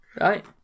right